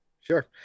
Sure